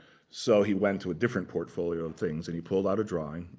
so he went to a different portfolio of things, and he pulled out a drawing.